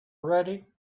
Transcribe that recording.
ready